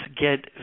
get